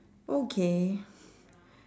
okay